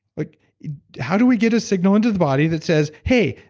like how do we get a signal into the body that says, hey,